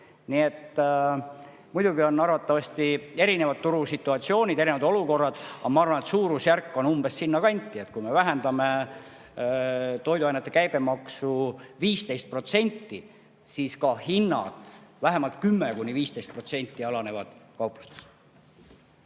võrra. Muidugi on arvatavasti turusituatsioonid erinevad, olukorrad erinevad. Aga ma arvan, et suurusjärk on umbes sinna kanti, et kui me vähendame toiduainete käibemaksu 15% võrra, siis ka hinnad vähemalt 10–15% võrra alanevad kauplustes.